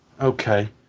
Okay